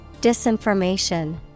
Disinformation